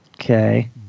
Okay